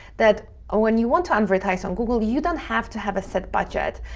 that ah when you want to advertise on google, you don't have to have a set budget.